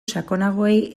sakonagoei